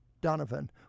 Donovan